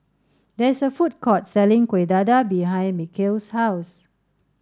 there is a food court selling Kueh Dadar behind Mikel's house